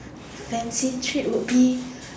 fancy treat would be